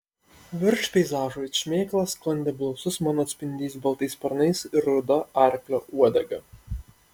virš peizažo it šmėkla sklandė blausus mano atspindys baltais sparnais ir ruda arklio uodega